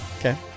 Okay